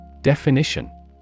Definition